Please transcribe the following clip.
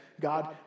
God